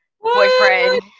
Boyfriend